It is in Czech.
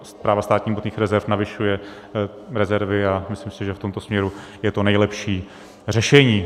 Správa státních hmotných rezerv navyšuje rezervy a myslím si, že v tomto směru je to nejlepší řešení.